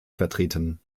vertreten